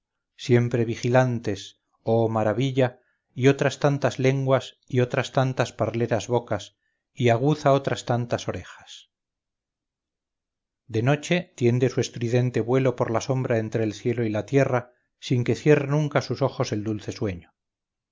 siempre vigilantes oh maravilla y otras tantas lenguas y otras tantas parleras bocas y aguza otras tantas orejas de noche tiende su estridente vuelo por la sombra entre el cielo y la tierra sin que cierre nunca sus ojos el dulce sueño